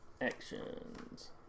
actions